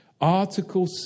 article